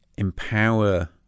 empower